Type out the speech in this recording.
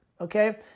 Okay